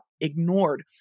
ignored